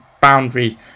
boundaries